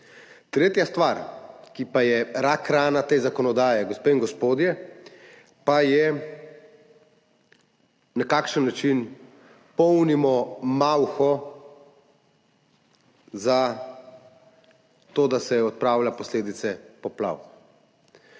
Tretja stvar, ki pa je rakrana te zakonodaje, gospe in gospodje, pa je, na kakšen način polnimo malho za to, da se odpravljajo posledice poplav.